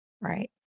right